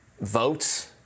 votes